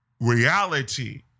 reality